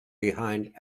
behind